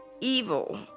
evil